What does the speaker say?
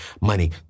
money